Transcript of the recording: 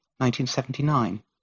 1979